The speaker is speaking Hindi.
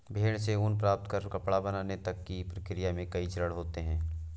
भेड़ से ऊन प्राप्त कर कपड़ा बनाने तक की प्रक्रिया में कई चरण होते हैं